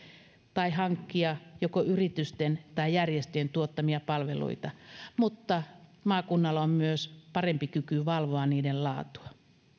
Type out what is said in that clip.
tai hankkia joko yritysten tai järjestöjen tuottamia palveluita mutta maakunnalla on myös parempi kyky valvoa niiden laatua